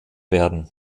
werden